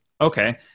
Okay